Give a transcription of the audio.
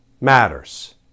matters